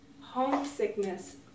homesickness